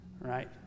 Right